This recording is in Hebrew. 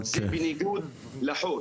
זה בניגוד לחוק.